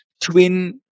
twin